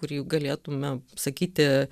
kurį galėtume sakyti